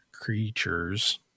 creatures